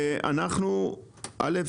ראשית,